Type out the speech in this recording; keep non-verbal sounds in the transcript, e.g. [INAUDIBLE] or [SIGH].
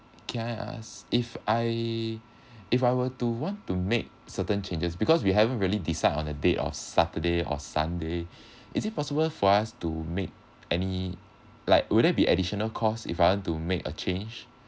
can I ask if I [BREATH] if I will to want to make certain changes because we haven't really decide on a date of saturday or sunday [BREATH] is it possible for us to make any like will there be additional cost if I want to make a change